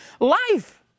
life